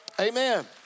Amen